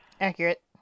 Accurate